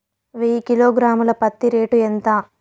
వెయ్యి కిలోగ్రాము ల పత్తి రేటు ఎంత?